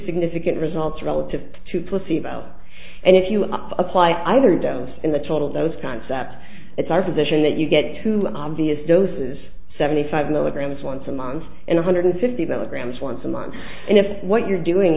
significant results relative to placebo and if you apply either dose in the total those concepts it's our position that you get two obvious doses so any five milligrams once a month and a hundred fifty milligrams once a month and if what you're doing